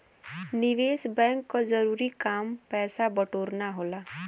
निवेस बैंक क जरूरी काम पैसा बटोरना होला